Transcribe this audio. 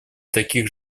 таких